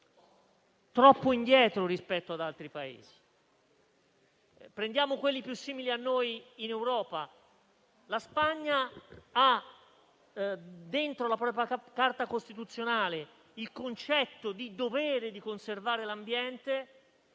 troppo indietro rispetto ad altri Paesi. Se prendiamo quelli più simili a noi in Europa, la Spagna ha nella propria Carta costituzionale il concetto del dovere di conservare l'ambiente